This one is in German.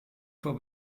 vor